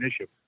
issue